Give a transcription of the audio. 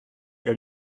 your